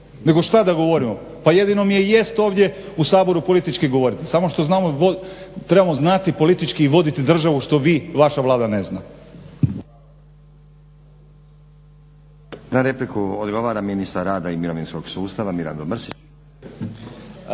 Nego šta da govorimo, pa jedino mi i jest ovdje u Saboru politički govoriti samo što trebamo znati politički i voditi državu što vi i vaša Vlada ne zna. **Stazić, Nenad (SDP)** Na repliku odgovara ministar rada i mirovinskog sustava Mirando Mrsić.